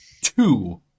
two